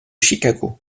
chicago